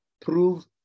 prove